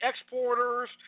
exporters